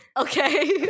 Okay